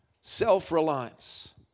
Self-reliance